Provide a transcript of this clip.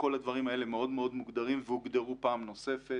כל הדברים האלה מאוד מאוד מוגדרים והוגדרו פעם נוספת,